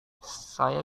saya